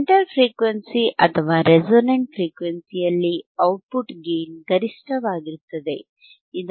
centre frequency ಅಥವಾ resonant frequency ಯಲ್ಲಿ output gain ಗರಿಷ್ಠವಾಗಿರುತ್ತದೆ